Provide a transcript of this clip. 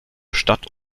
stadt